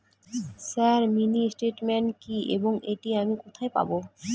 Sir mini statement কি এবং এটি আমি কোথায় পাবো?